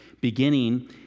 beginning